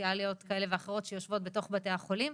סוציאליות כאלו ואחרות שיושבות בתוך בתי החולים,